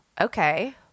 Okay